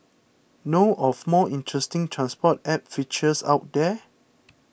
know of more interesting transport app features out there